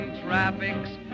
traffic's